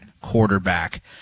quarterback